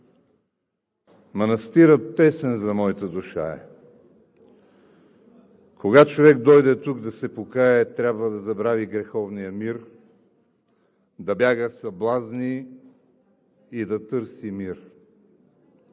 „Манастирът тесен за мойта душа е. Кога човек дойде тук да се покае, трябва да забрави греховния мир, да бяга съблазни и да търси мир.